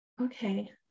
Okay